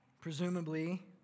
Presumably